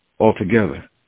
altogether